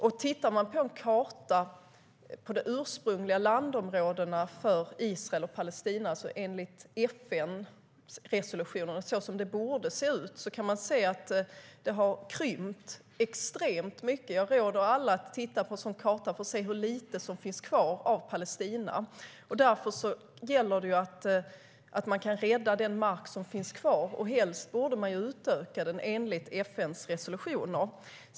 Om vi tittar på en karta över de ursprungliga landområdena för Israel och Palestina - såsom det enligt FN-resolutionerna borde se ut - kan vi se att Palestina krympt extremt mycket. Jag råder alla att titta på en sådan karta för att se hur lite som finns kvar av Palestina. Därför gäller det att rädda den mark som finns kvar. Helst borde den utökas enligt FN:s resolutioner.